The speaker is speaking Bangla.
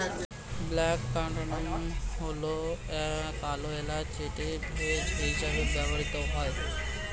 ব্ল্যাক কার্ডামম্ হল কালো এলাচ যেটি ভেষজ হিসেবে ব্যবহৃত হয়